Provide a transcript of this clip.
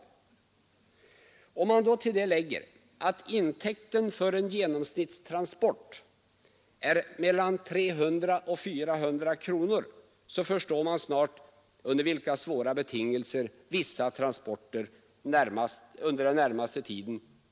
Om man till detta lägger att intäkten för en genomsnittstransport är mellan 300 och 400 kronor, förstår man lätt under vilka svåra betingelser vissa transporter kommer att utföras under den närmaste tiden.